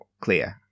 clear